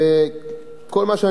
כל מה שאני אומר,